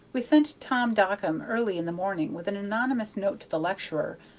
we sent tom dockum early in the morning with an anonymous note to the lecturer,